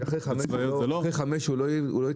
אחרי שעה 17:00 הוא לא יתפוצץ?